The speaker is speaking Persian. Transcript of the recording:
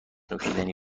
نوشیدنی